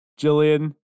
Jillian